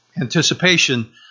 anticipation